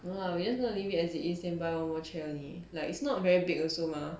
no lah we just gonna leave it as it is then buy one more chair only like it's not very big also mah